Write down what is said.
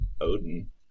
odin